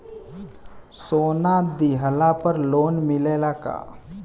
सोना दिहला पर लोन मिलेला का?